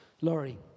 Laurie